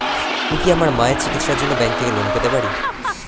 আমি কি আমার মায়ের চিকিত্সায়ের জন্য ব্যঙ্ক থেকে লোন পেতে পারি?